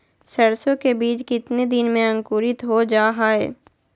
सरसो के बीज कितने दिन में अंकुरीत हो जा हाय?